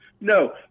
no